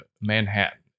Manhattan